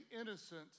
innocent